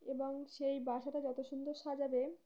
এবং সেই বাসাটা যত সুন্দর সাজাবে